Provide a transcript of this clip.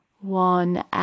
One